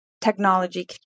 technology